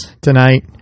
tonight